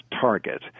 target